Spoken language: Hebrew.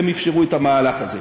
הן אפשרו את המהלך הזה.